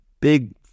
big